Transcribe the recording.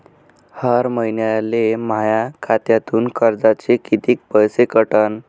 हर महिन्याले माह्या खात्यातून कर्जाचे कितीक पैसे कटन?